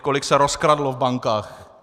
Kolik se rozkradlo v bankách?